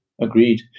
Agreed